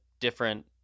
different